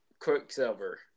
Quicksilver